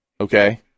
okay